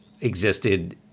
existed